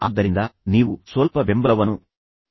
ಆದ್ದರಿಂದ ನೀವು ಸ್ವಲ್ಪ ಬೆಂಬಲವನ್ನು ನೀಡುತ್ತೀರಿ